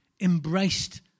embraced